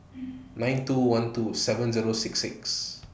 nine two one two seven Zero six six